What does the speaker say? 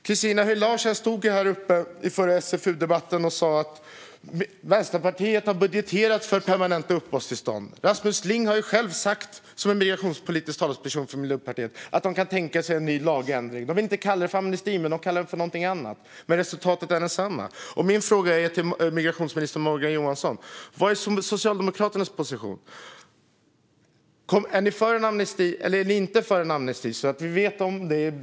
Christina Höj Larsen stod här i förra SfU-debatten och sa att Vänsterpartiet har budgeterat för permanenta uppehållstillstånd. Rasmus Ling, som är migrationspolitisk talesperson för Miljöpartiet, har själv sagt att de kan tänka sig en ny lagändring. De vill inte kalla det för amnesti, utan de kallar det för någonting annat. Men resultatet är detsamma. Min fråga till migrationsminister Morgan Johansson är: Vad är Socialdemokraternas position? Är ni för en amnesti eller är ni inte för en amnesti, så att vi vet om det i den parlamentariska kommittén?